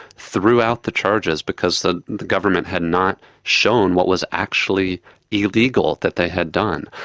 threw out the charges because the the government had not shown what was actually illegal that they had done.